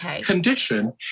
condition